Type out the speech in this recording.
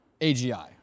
AGI